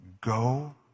go